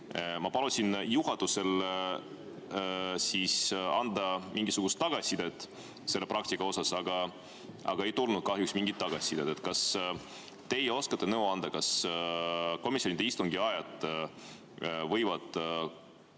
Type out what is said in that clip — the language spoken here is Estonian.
Ma palusin juhatusel anda mingisugust tagasisidet selle praktika kohta, aga ei tulnud kahjuks mingit tagasisidet. Kas teie oskate nõu anda, kas komisjonide istungite ajad võivad